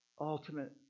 ultimate